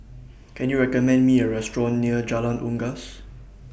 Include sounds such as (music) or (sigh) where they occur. Can YOU recommend Me A Restaurant near Jalan Unggas (noise)